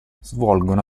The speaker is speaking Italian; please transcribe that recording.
svolgono